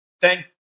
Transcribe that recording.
Thank